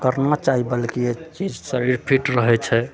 करना चाही बल्कि ई चीज शरीर फिट रहै छै